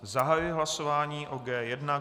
Zahajuji hlasování o G1.